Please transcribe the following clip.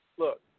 Look